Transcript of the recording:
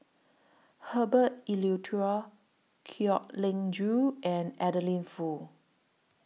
Herbert Eleuterio Kwek Leng Joo and Adeline Foo